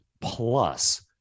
plus